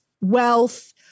wealth